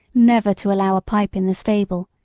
never to allow a pipe in the stable,